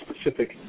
specific